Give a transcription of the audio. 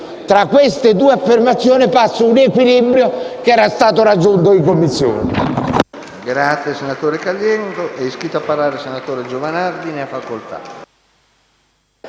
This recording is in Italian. Tra queste due affermazioni passa un equilibrio che era stato raggiunto in Commissione.